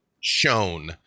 shown